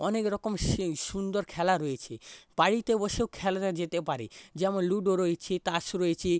অনেক রকম সুন্দর খেলা রয়েছে বাড়িতে বসেও খেলা যেতে পারে যেমন লুডো রয়েছে তাস রয়েছে